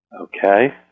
Okay